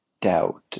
doubt